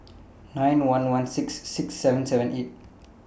nine one one six six seven seven eight